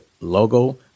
logo